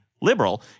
liberal